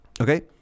Okay